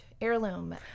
heirloom